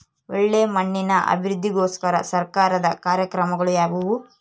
ಒಳ್ಳೆ ಮಣ್ಣಿನ ಅಭಿವೃದ್ಧಿಗೋಸ್ಕರ ಸರ್ಕಾರದ ಕಾರ್ಯಕ್ರಮಗಳು ಯಾವುವು?